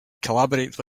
collaborate